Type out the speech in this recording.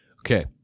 Okay